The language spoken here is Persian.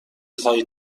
خواهید